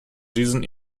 diesen